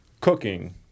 Cooking